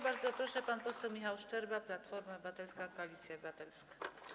Bardzo proszę, pan poseł Michał Szczerba, Platforma Obywatelska - Koalicja Obywatelska.